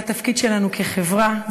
זה התפקיד שלנו כחברה,